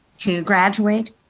to graduate.